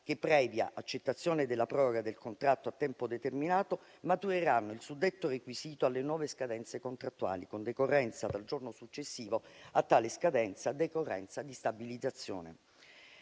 che, previa accettazione della proroga del contratto a tempo determinato, matureranno il suddetto requisito alle nuove scadenze contrattuali con decorrenza dal giorno successivo a tale scadenza, decorrenza di stabilizzazione.